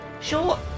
Sure